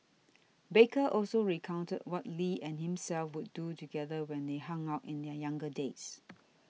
baker also recounted what Lee and himself would do together when they hung out in their younger years